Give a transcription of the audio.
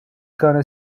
gonna